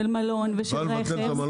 מלון ורכב.